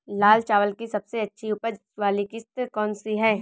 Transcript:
लाल चावल की सबसे अच्छी उपज वाली किश्त कौन सी है?